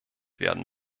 werden